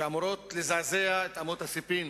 שאמורות לזעזע את אמות הספים